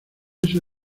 ese